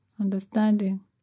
Understanding